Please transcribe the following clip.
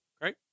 Great